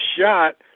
shot